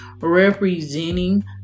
representing